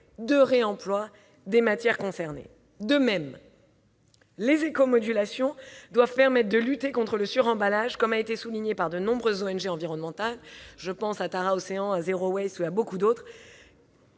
de réemploi des matières concernées. De même, les éco-modulations doivent permettre de lutter contre le suremballage, comme l'ont souligné de nombreuses ONG environnementales- je pense à Tara Océan, à Zero Waste et à beaucoup d'autres.